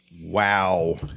wow